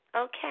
Okay